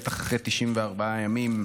בטח אחרי 94 ימים,